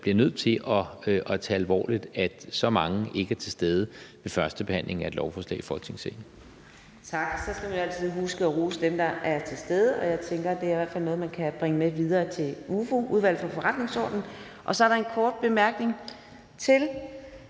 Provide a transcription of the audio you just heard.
bliver nødt til at tage alvorligt, altså det, at så mange ikke er til stede ved førstebehandlingen af et lovforslag i Folketingssalen. Kl. 14:59 Fjerde næstformand (Karina Adsbøl): Tak. Man skal jo altid huske at rose dem, der er til stede. Jeg tænker, at det i hvert fald er noget, man kan bringe med videre til Udvalget for Forretningsordenen. Så er der en kort bemærkning fra